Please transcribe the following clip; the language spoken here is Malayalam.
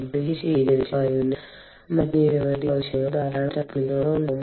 ഇപ്പോൾ ഈ ശീതീകരിച്ച വായുവിന് മറ്റ് നിരവധി ആവശ്യങ്ങളും ധാരാളം മറ്റ് ആപ്ലിക്കേഷനുകളും ഉണ്ടാകാം